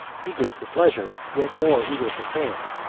eager for pleasure, yet more eager for fame,